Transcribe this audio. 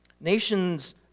Nations